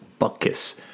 Buckus